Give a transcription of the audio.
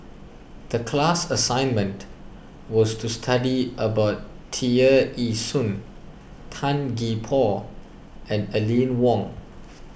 the class assignment was to study about Tear Ee Soon Tan Gee Paw and Aline Wong